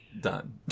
done